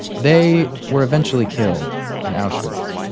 they were eventually killed in auschwitz.